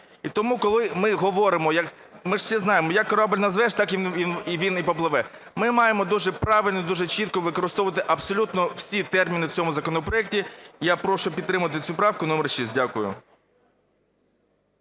тому, коли ми говоримо… ми ж всі знаємо "як корабель назвеш, так він і попливе". Ми маємо дуже правильно, дуже чітко використовувати абсолютно всі терміни в цьому законопроекті. Я прошу підтримати цю правку номер 6. Дякую.